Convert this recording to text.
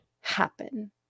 happen